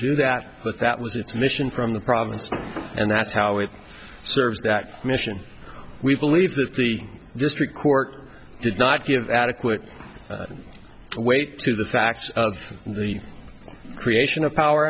do that but that was its mission from the province and that's how it serves that mission we believe that the district court did not give adequate weight to the facts of the creation of power